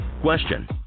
Question